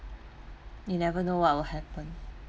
you never know what will happen